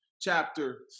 chapter